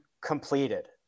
completed